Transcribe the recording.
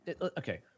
Okay